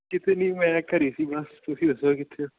ਕਿਤੇ ਨਹੀਂ ਮੈਂ ਘਰ ਸੀ ਬਸ ਤੁਸੀਂ ਦੱਸੋ ਕਿੱਥੇ ਹੋ